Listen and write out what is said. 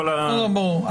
ברור.